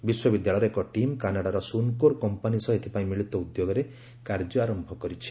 ବିଶ୍ୱବିଦ୍ୟାଳୟର ଏକ ଟିମ୍ କାନାଡ଼ାର ଶ୍ଚନକୋର୍ କମ୍ପାନୀ ସହ ଏଥିପାଇଁ ମିଳିତ ଉଦ୍ୟୋଗରେ କାର୍ଯ୍ୟ ଆରମ୍ଭ କରିଛି